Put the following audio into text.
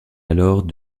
alors